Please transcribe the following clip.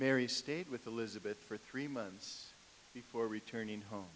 mary stayed with elizabeth for three months before returning home